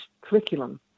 curriculum